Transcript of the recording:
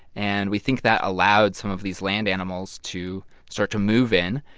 and we think that allowed some of these land animals to start to move in.